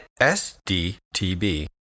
SDTB